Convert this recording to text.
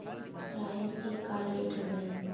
राहेर के का रेट हवय?